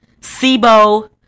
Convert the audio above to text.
Sibo